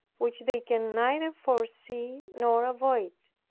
which they can neither foresee nor avoid.